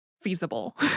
feasible